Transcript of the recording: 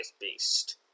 beast